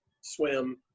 swim